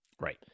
Right